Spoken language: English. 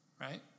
right